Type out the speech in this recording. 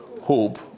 Hope